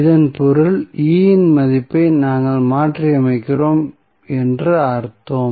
இதன் பொருள் E இன் மதிப்பை நாங்கள் மாற்றியமைக்கிறோம் என்று அர்த்தம்